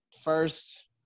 first